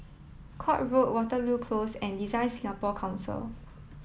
Court Road Waterloo Close and Design Singapore Council